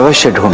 ah should